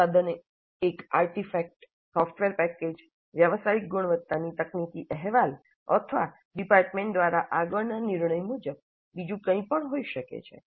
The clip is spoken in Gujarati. ઉત્પાદન એક આર્ટિફેક્ટ સોફ્ટવેર પેકેજ વ્યવસાયિક ગુણવત્તાની તકનીકી અહેવાલ અથવા ડિપાર્ટમેન્ટ દ્વારા આગળના નિર્ણય મુજબ બીજું કંઈપણ હોઈ શકે છે